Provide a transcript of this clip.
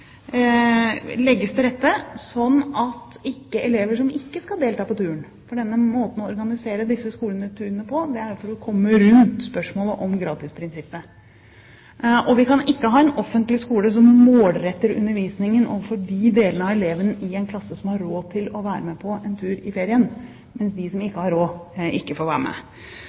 legges til rette slik at elever som ikke skal delta på turen, også får et godt utbytte av opplæringen i disse emnene, for måten å organisere disse turene på er at man skal komme rundt spørsmålet om gratisprinsippet. Vi kan ikke ha en offentlig skole som målretter undervisningen overfor de deler av elevene i en klasse som har råd til å være med på en tur i ferien, mens de som ikke har råd, ikke får være med.